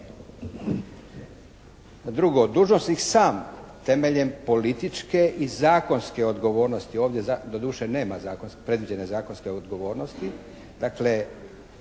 Drugo, dužnosnik sam temeljem političke i zakonske odgovornosti, ovdje doduše nema zakonske, predviđene zakonske odgovornosti,